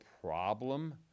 problem